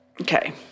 okay